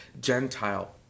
Gentile